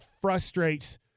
frustrates